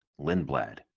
Lindblad